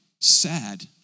sad